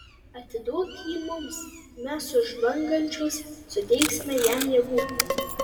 atiduok jį mums mes už žvangančius suteiksime jam jėgų